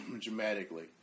dramatically